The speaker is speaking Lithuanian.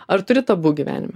ar turi tabu gyvenime